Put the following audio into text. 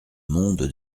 monde